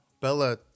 bella